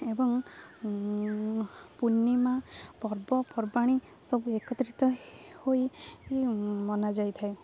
ଏବଂ ପୂର୍ଣ୍ଣିମା ପର୍ବପର୍ବାଣି ସବୁ ଏକତ୍ରିତ ହୋଇ ମନାଯାଇଥାଏ